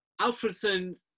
Alfredson